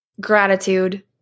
gratitude